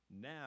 now